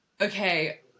okay